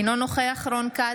אינו נוכח רון כץ,